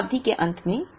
इस अवधि के अंत में